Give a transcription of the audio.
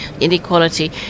inequality